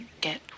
get